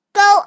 go